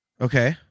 Okay